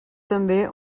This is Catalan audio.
també